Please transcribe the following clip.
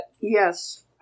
Yes